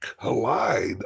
collide